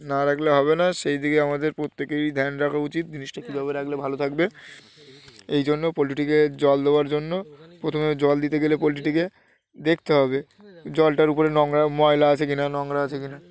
না রাখলে হবে না সেই দিকে আমাদের প্রত্যেকেরই ধ্যান রাখা উচিত জিনিসটা কীভাবে রাখলে ভালো থাকবে এই জন্য পোলট্রিটিকে জল দেওয়ার জন্য প্রথমে জল দিতে গেলে পোলট্রিটিকে দেখতে হবে জলটার উপরে নোংরা ময়লা আছে কি না নোংরা আছে কি না